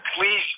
please